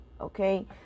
okay